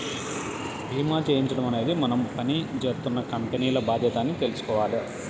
భీమా చేయించడం అనేది మనం పని జేత్తున్న కంపెనీల బాధ్యత అని తెలుసుకోవాల